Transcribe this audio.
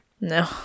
no